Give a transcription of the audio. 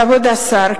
כבוד השר,